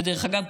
ודרך אגב,